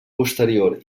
posterior